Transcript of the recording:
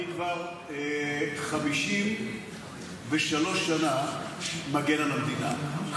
אני כבר 53 שנה מגן על המדינה.